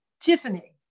Tiffany